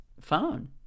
phone